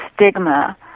stigma